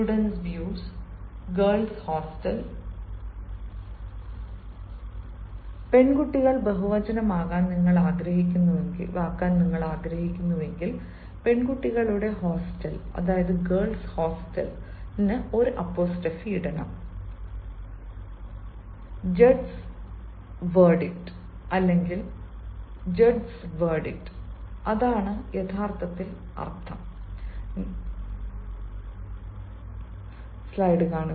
students views students views girls hostel girls hostel പെൺകുട്ടികൾ ബഹുവചനമാകാൻ നിങ്ങൾ ആഗ്രഹിക്കുന്നുവെങ്കിൽ പെൺകുട്ടികളുടെ ഹോസ്റ്റൽ ഒരു അപ്പോസ്ട്രോഫി ഇടുന്നു girls hostel girls hostel judges verdict judges verdict അല്ലെങ്കിൽ ജൂഡ്ജ്സ് വേർഡിക്ട് judges verdict അതാണ് യഥാർത്ഥത്തിൽ അർത്ഥം ന്യായാധിപന്മാരുടെ വിധി